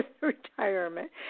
retirement